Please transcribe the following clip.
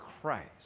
Christ